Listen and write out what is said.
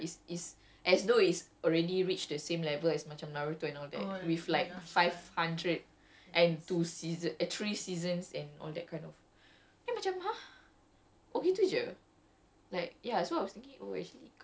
maybe at most twenty plus lah but that's what I was very confused because the way people talk about it right is is as though it's already reached the same level as much as naruto and all that with like five hundred and two seasons eh three seasons eh in all that kind of